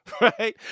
right